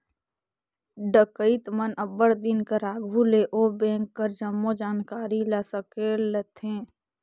डकइत मन अब्बड़ दिन कर आघु ले ओ बेंक कर जम्मो जानकारी ल संकेलथें